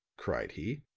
cried he.